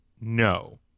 No